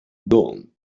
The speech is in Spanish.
don